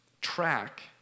track